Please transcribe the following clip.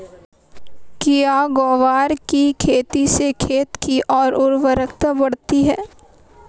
क्या ग्वार की खेती से खेत की ओर उर्वरकता बढ़ती है?